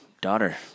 daughter